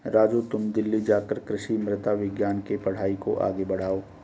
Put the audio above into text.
राजू तुम दिल्ली जाकर कृषि मृदा विज्ञान के पढ़ाई को आगे बढ़ाओ